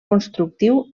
constructiu